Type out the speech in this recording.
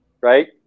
right